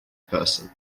person